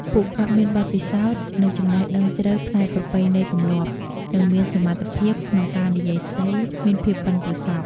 ព្រោះពួកគាត់មានបទពិសោធន៍ និងចំណេះដឹងជ្រៅផ្នែកប្រពៃណីទម្លាប់ និងមានសមត្ថភាពក្នុងការនិយាយស្ដី មានភាពប៉ិនប្រសប់។